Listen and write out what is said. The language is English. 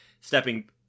stepping